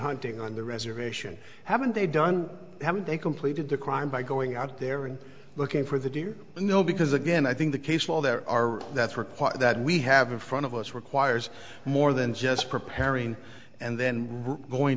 hunting on the reservation haven't they done haven't they completed the crime by going out there and looking for the deer but no because again i think the case while there are that's required that we have in front of us requires more than just preparing and then going